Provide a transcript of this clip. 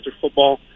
football